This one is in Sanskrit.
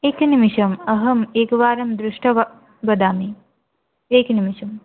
एकनिमेषम् अहम् एकवारं दृष्ट्वा वदामि एकनिमेषं